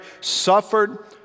suffered